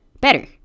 Better